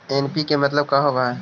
NPK मतलब का होव हइ?